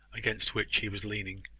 against which he was leaning.